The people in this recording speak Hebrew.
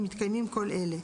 אם מתקיימים כל אלה: